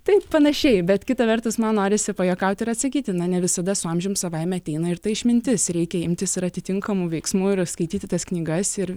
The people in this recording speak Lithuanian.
taip panašiai bet kita vertus man norisi pajuokauti ir atsakyti na ne visada su amžiumi savaime ateina ir ta išmintis reikia imtis ir atitinkamų veiksmų ir skaityti tas knygas ir